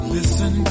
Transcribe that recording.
Listen